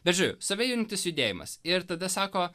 bet žodžiu save judinantis judėjimas ir tada sako